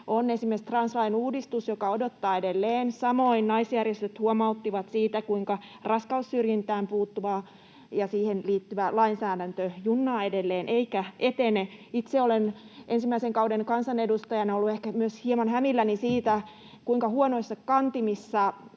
on esimerkiksi translain uudistus, joka odottaa edelleen. Samoin naisjärjestöt huomauttivat siitä, kuinka raskaussyrjintään puuttuva ja siihen liittyvä lainsäädäntö junnaa edelleen eikä etene. Itse olen ensimmäisen kauden kansanedustajana ollut ehkä hieman hämilläni myös siitä, kuinka huonoissa kantimissa